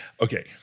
Okay